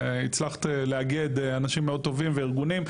והצלחת לאגד אנשים מאוד טובים וארגונים,